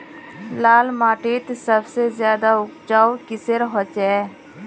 लाल माटित सबसे ज्यादा उपजाऊ किसेर होचए?